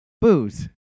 booze